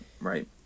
Right